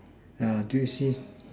do it